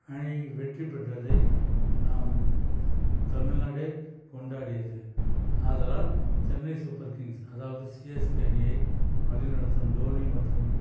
அணி வெற்றி பெற்றதை நாம் தமிழ்நாடே கொண்டாடியது ஆதலால் சென்னை சூப்பர் கிங்ஸ் அதாவது சிஎஸ்கே அணியை வழிநடத்தும் டோனி மற்றும்